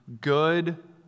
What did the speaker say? good